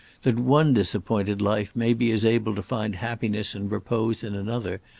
that one disappointed life may be as able to find happiness and repose in another,